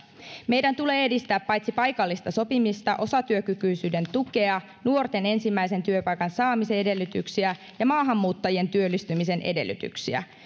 meidän tulee edistää paitsi paikallista sopimista myös osatyökykyisyyden tukea nuorten ensimmäisen työpaikan saamisen edellytyksiä ja maahanmuuttajien työllistymisen edellytyksiä